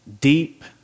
deep